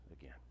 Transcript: again